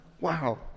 Wow